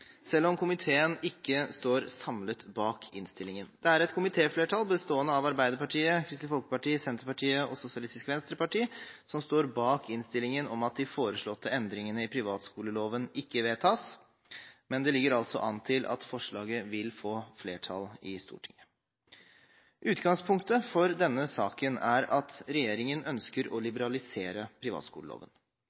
selv om komiteen ikke står samlet bak innstillingen. Det er et komitéflertall bestående av Arbeiderpartiet, Kristelig Folkeparti, Senterpartiet og Sosialistisk Venstreparti som står bak innstillingen om at de foreslåtte endringene i privatskoleloven ikke vedtas, men det ligger altså an til at forslaget vil få flertall i Stortinget. Utgangspunktet for denne saken er at regjeringen ønsker å liberalisere privatskoleloven.